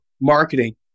marketing